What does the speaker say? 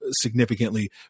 significantly